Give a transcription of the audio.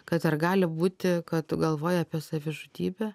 kad ar gali būti kad tu galvoji apie savižudybę